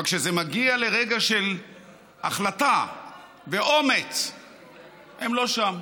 אבל כשזה מגיע לרגע של החלטה ואומץ הם לא שם.